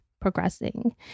progressing